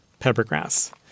Peppergrass